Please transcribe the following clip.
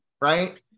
right